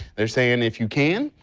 they are saying if you can,